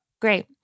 Great